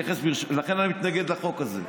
לכן, אני מתנגד לחוק הזה,